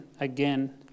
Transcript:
again